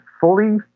fully